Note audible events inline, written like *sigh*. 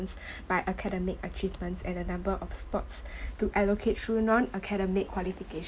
*breath* by academic achievements and the number of sports *breath* to allocate through non academic qualifica~